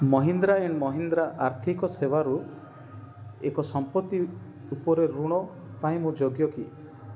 Mahindra and Mahindra ଆର୍ଥିକ ସେବାରୁ ଏକ ସମ୍ପତ୍ତି ଉପରେ ଋଣ ପାଇଁ ମୁଁ ଯୋଗ୍ୟ କି